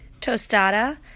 tostada